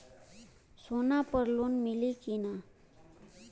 सोना पर लोन मिली की ना?